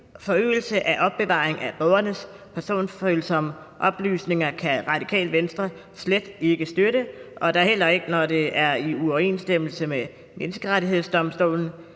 forøgelse af opbevaringen af borgernes personfølsomme oplysninger kan Radikale Venstre slet ikke støtte, og da heller ikke, når det er i uoverensstemmelse med Menneskerettighedsdomstolen.